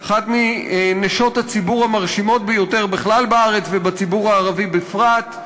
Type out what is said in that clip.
אחת מנשות הציבור המרשימות ביותר בארץ בכלל ובציבור הערבי בפרט,